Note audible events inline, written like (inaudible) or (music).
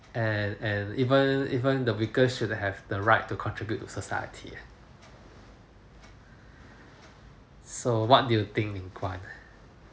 and and even even the weakest should have the right to contribute to society so what do you think ming-guan (breath)